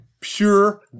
Pure